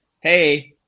hey